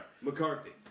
McCarthy